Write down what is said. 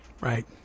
right